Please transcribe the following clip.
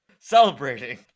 celebrating